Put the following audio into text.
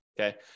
okay